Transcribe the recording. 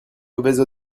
mauvaise